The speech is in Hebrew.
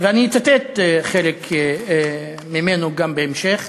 ואני אצטט חלק ממנו גם בהמשך.